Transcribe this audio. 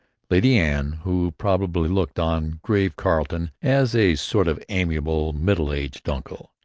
lady anne, who probably looked on grave carleton as a sort of amiable, middle-aged uncle,